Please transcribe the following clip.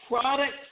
products